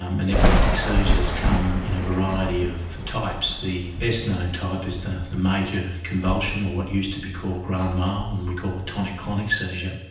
um and epileptic seizures come in a variety of types, the best known type is the the major convulsion or what used to be called grand mal and we call the tonic-clonic seizure,